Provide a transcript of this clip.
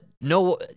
No